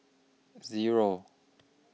Zero